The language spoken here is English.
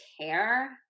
care